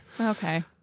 Okay